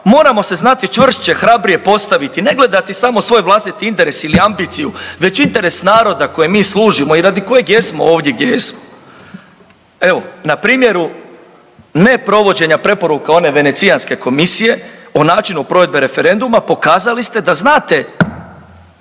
Moramo se znati čvršće i hrabrije postaviti, ne gledati samo svoj vlastiti interes ili ambiciju već interes naroda koji mi služimo i radi kojeg jesmo ovdje gdje jesmo. Evo na primjeru ne provođenja preporuka one Venecijanske komisije o načinu provedbe referenduma pokazali ste da znate